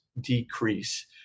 decrease